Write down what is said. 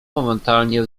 momentalnie